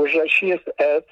užrašys s